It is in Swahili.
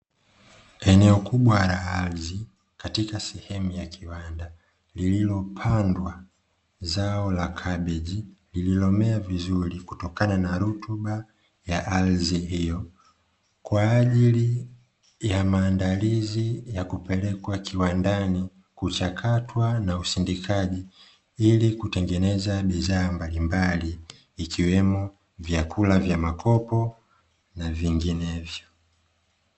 Eneo kubwa la ardhi katika sehemu ya kiwanda, lililopandwa zao la kabeji lililomea vizuri kutokana na rutuba ya ardhi hiyo, kwa ajili ya maandalizi ya kupelekwa kiwandani kuchakatwa na usindikaji, ili kutengeneza bidhaa mbalimbali ikiwemo vyakula vya makopo na vinginevyo.